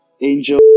Angel